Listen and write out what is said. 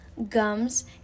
gums